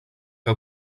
que